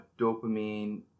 dopamine